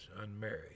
unmarried